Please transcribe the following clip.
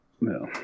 No